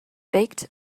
baked